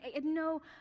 no